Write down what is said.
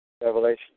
Revelation